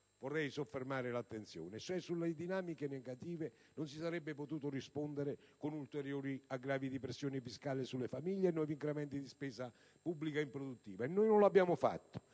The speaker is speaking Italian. vorrei soffermare l'attenzione: a situazioni negative non si sarebbe potuto rispondere con ulteriori aggravi di pressione fiscale sulle famiglie e nuovi incrementi di spesa pubblica improduttiva; e non lo abbiamo fatto.